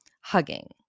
hugging